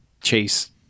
chase